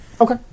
Okay